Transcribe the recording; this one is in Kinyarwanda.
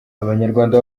abanyarwanda